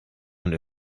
und